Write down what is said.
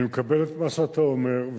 אני מקבל את מה שאתה אומר.